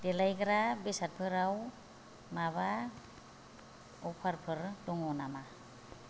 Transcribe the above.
देलायग्रा बेसादफोराव माबा अफार फोर दङ नामा